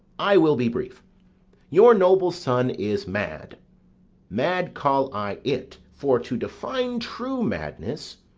i will be brief your noble son is mad mad call i it for to define true madness,